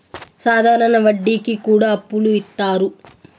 సాధారణ వడ్డీ కి కూడా అప్పులు ఇత్తారు